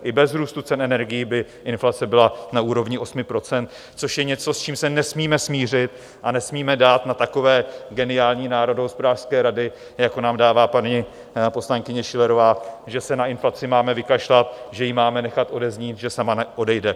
I bez růstu cen energií by inflace byla na úrovni 8 %, což je něco, s čím se nesmíme smířit, a nesmíme dát na takové geniální národohospodářské rady, jako nám dává paní poslankyně Schillerová, že se na inflaci máme vykašlat, že ji máme nechat odeznít, že sama odejde.